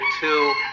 two